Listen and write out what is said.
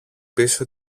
πίσω